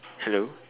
hello